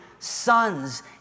sons